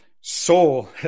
Soul